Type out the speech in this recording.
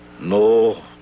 no